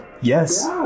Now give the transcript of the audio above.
Yes